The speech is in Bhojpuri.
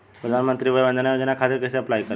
प्रधानमंत्री वय वन्द ना योजना खातिर कइसे अप्लाई करेम?